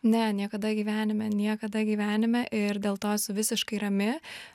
ne niekada gyvenime niekada gyvenime ir dėl to esu visiškai rami